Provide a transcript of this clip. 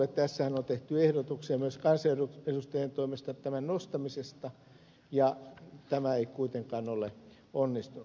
tässähän on tehty ehdotuksia myös kansanedustajien toimesta tämän nostamisesta ja tämä ei kuitenkaan ole onnistunut